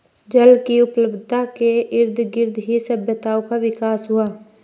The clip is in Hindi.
जल की उपलब्धता के इर्दगिर्द ही सभ्यताओं का विकास हुआ